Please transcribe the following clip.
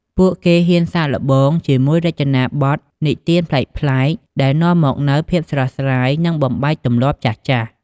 ពួកគេហ៊ានសាកល្បងជាមួយរចនាបថនិទានរឿងប្លែកៗ ដែលនាំមកនូវភាពស្រស់ស្រាយ និងបំបែកទម្លាប់ចាស់ៗ។